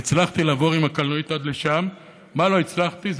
והצלחתי לעבור עם הקלנועית עד לשם, מה לא הצלחתי?